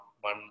one